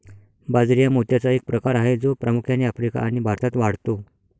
बाजरी हा मोत्याचा एक प्रकार आहे जो प्रामुख्याने आफ्रिका आणि भारतात वाढतो